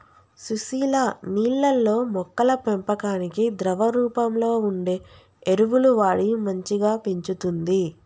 సుశీల నీళ్లల్లో మొక్కల పెంపకానికి ద్రవ రూపంలో వుండే ఎరువులు వాడి మంచిగ పెంచుతంది